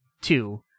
Two